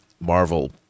Marvel